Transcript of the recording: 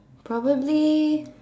probably